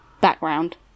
background